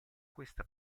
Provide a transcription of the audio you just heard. questa